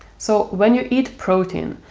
so, when you eat protein,